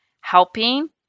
helping